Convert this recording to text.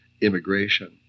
immigration